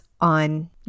on